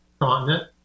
continent